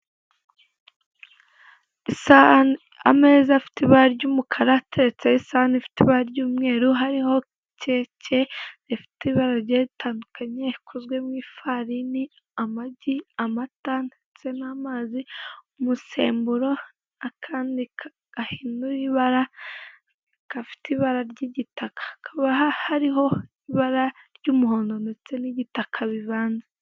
Ameza afite ibara ry'umukara, ateretseho isahani ifite ibara ry'umweru, hariho keke zifite ibara rigiye ritandukanye, zikozwe mu ifarini, amagi ndetse n'amazi, umusemburo, akandi gahindura ibara, gafite ibara ry'igitaka. Hakaba hariho ibara ry'umuhondo ndetse n'igitaka bivanze.